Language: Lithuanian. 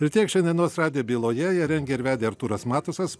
ir tiek šiandienos radijo byloje ją rengė ir vedė artūras matusas